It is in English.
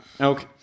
Okay